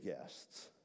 guests